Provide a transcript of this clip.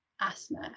asthma